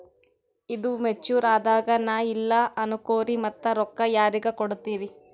ಈದು ಮೆಚುರ್ ಅದಾಗ ನಾ ಇಲ್ಲ ಅನಕೊರಿ ಮತ್ತ ರೊಕ್ಕ ಯಾರಿಗ ಕೊಡತಿರಿ?